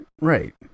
right